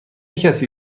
کسی